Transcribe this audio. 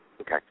Okay